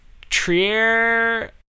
Trier